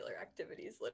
activities